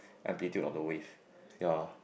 amplitude of the wave ya